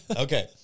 Okay